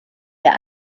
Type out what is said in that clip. der